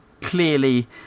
clearly